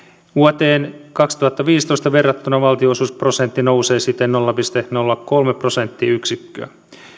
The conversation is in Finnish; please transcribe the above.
vuoteen kaksituhattaviisitoista verrattuna valtionosuusprosentti nousee siten nolla pilkku nolla kolme prosenttiyksikköä